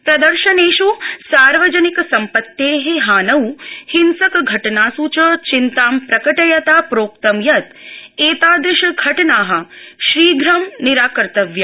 प्रदर्शनेष् सार्वजनिक सम्पत्ते हानौ हिंसकघटनास् च चिन्तां प्रकटयता प्रोक्तं यत् एतादृशघटना शीघ्रं निराकर्त्तव्या